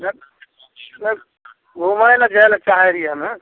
घूमै ले जाय ले चाहै रहियै हमे